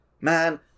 Man